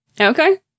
Okay